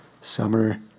summer